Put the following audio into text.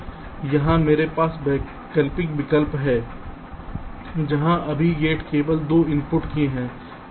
इसलिए यहां मेरे पास वैकल्पिक विकल्प है जहां सभी गेट केवल 2 इनपुट के हैं